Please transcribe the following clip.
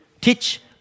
teach